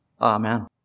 Amen